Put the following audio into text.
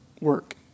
work